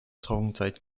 trockenzeit